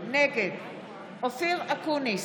נגד אופיר אקוניס,